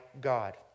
God